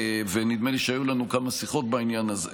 ונדמה לי שהיו לנו כמה שיחות בעניין הזה,